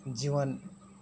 जीवन